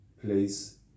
place